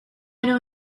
know